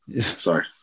Sorry